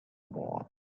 wall